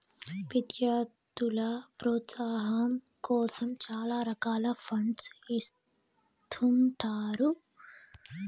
విద్యార్థుల ప్రోత్సాహాం కోసం చాలా రకాల ఫండ్స్ ఇత్తుంటారు